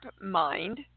mind